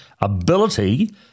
ability